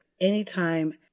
anytime